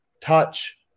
touch –